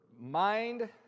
mind